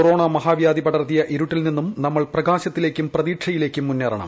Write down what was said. corona മഹാവ്യാധി പടർത്തിയ ഇരുട്ടിൽ നിന്നും നമ്മൾ പ്രകാശത്തിലേക്കും പ്രതീക്ഷയിലേക്കും മുന്നേറണം